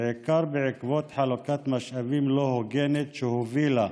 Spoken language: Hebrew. בעיקר בעקבות חלוקת משאבים לא הוגנת, שהובילה